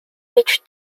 each